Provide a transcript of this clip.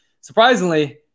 Surprisingly